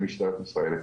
לטיפול משטרת ישראל.